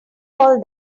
all